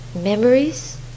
memories